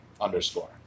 underscore